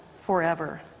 forever